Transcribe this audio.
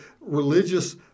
religious